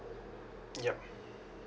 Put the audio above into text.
yup